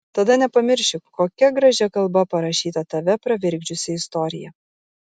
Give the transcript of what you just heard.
tada nepamirši kokia gražia kalba parašyta tave pravirkdžiusi istorija